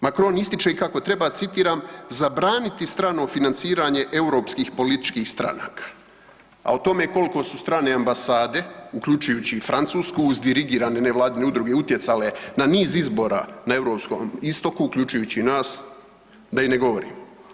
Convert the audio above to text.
Macron ističe i kako treba, citiram: „zabraniti strano financiranje europskih političkih stranaka, a o tome koliko su strane ambasade uključujući i francusku uz dirigirane nevladine udruge utjecale na niz izbora na europskom istoku uključujući i nas da i ne govorim.